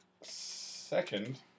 second